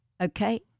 okay